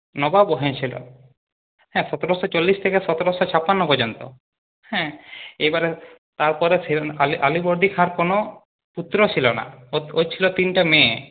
নবাব হয়েছিল হ্যাঁ সতেরোশো চল্লিশ থেকে সতেরোশো ছাপান্ন পর্যন্ত হ্যাঁ এবারে তার পরে আলি আলিবর্দি খাঁর কোনো পুত্র ছিল না ওর ওর ছিল তিনটে মেয়ে